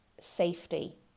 Safety